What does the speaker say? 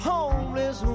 Homeless